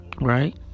right